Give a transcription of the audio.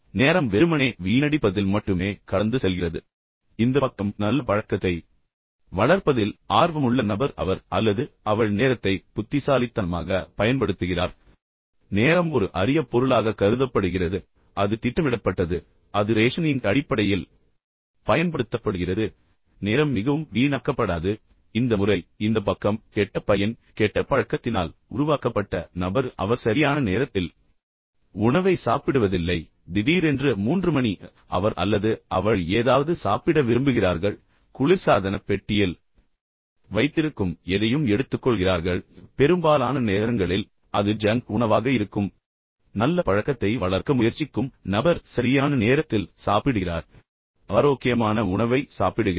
எனவே நேரம் வெறுமனே வீணடிப்பதில் மட்டுமே கடந்து செல்கிறது இப்போது இந்த பக்கம் நல்ல பழக்கத்தை வளர்ப்பதில் ஆர்வமுள்ள நபர் அவர் அல்லது அவள் நேரத்தை புத்திசாலித்தனமாக பயன்படுத்துகிறார் நேரம் ஒரு அரிய பொருளாக கருதப்படுகிறது அது திட்டமிடப்பட்டது அது ரேஷனிங் அடிப்படையில் பயன்படுத்தப்படுகிறது நேரம் மிகவும் வீணாக்கப்படாது இந்த முறை இந்த பக்கம் கெட்ட பையன் கெட்ட பழக்கத்தினால் உருவாக்கப்பட்ட நபர் அவர் சரியான நேரத்தில் உணவை சாப்பிடுவதில்லை எனவே திடீரென்று மூன்று மணி அவர் அல்லது அவள் ஏதாவது சாப்பிட சாப்பிட விரும்புகிறார்கள் அவர்கள் செல்கிறார்கள் சமையலறையில் அல்லது குளிர்சாதன பெட்டியில் வைத்திருக்கும் எதையும் எடுத்துக்கொள்கிறார்கள் பெரும்பாலான நேரங்களில் அது ஜங்க் உணவாக இருக்கும் இப்போது இந்த முறை நல்ல பழக்கத்தை வளர்க்க முயற்சிக்கும் நபர் சரியான நேரத்தில் சாப்பிடுகிறார் ஆரோக்கியமான உணவை சாப்பிடுகிறார்